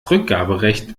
rückgaberecht